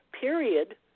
period